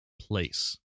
place